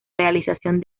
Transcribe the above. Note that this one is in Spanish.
realización